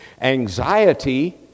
Anxiety